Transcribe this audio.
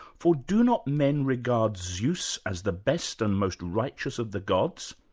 for do not men regard zeus as the best and most righteous of the gods?